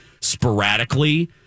sporadically